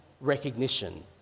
recognition